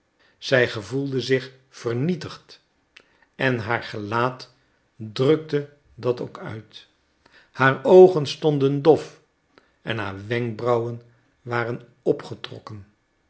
zij gevoelde zich vernietigd en haar gelaat drukte dat ook uit haar oogen stonden dof en haar wenkbrauwen waren opgetrokken